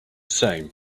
same